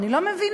אני לא מבינה.